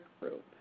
group